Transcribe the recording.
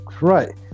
Right